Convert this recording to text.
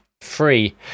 Free